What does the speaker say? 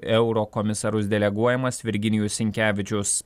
eurokomisarus deleguojamas virginijus sinkevičius